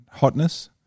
Hotness